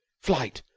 flight!